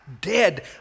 dead